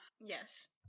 Yes